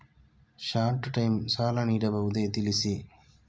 Short time ಸಾಲ ನೀಡಬಹುದೇ ತಿಳಿಸಿ?